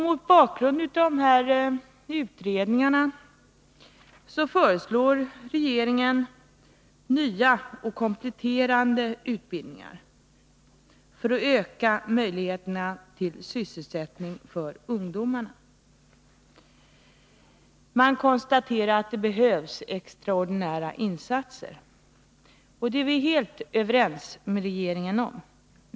Mot bakgrund av dessa undersökningar föreslår regeringen nya och kompletterande utbildningar för att öka möjligheterna till sysselsättning för ungdomarna. Man konstaterar att det behövs extraordinära insatser. Det är vi helt överens med regeringen om.